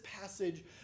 passage